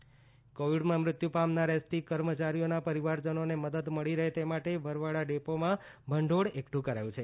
ST કર્મચારીઓને મદદ કોવિડમાં મૃત્યુ પામનાર એસટી કર્મચારીઓના પરિવારજનોને મદદ મળી રહે તે માટે બરવાડા ડેપોમાં ભંડોળ એકઠું કરાયું છે